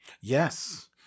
Yes